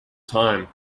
time